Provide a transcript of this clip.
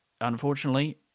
unfortunately